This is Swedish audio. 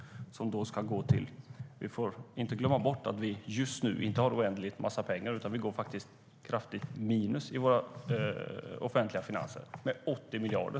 Vi får inte glömma bort att vi just nu inte har en massa pengar utan faktiskt går kraftigt minus i våra offentliga finanser med 80 miljarder.